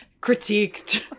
critiqued